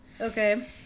Okay